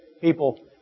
people